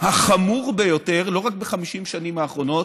החמור ביותר לא רק ב-50 השנים האחרונות,